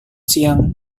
siang